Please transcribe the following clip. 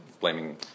blaming